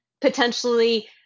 potentially